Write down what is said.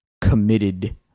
committed